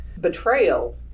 betrayal